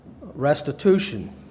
restitution